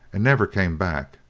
and never came back,